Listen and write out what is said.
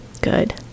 Good